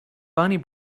bunny